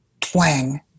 twang